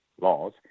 laws